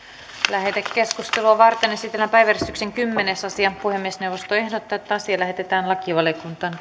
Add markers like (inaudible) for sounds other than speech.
lähetekeskustelua varten esitellään päiväjärjestyksen kymmenes asia puhemiesneuvosto ehdottaa että asia lähetetään lakivaliokuntaan (unintelligible)